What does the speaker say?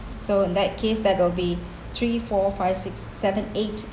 so in that case that will be three four five six seven eight